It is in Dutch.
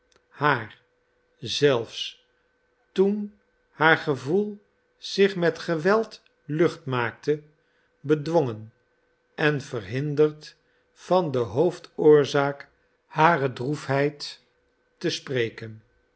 haar zelfs toen haar gevoel zich met geweld lucht maakte bedwongen en verhinderd van de hoofdoorzaak harer droefheid te spreken